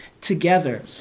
together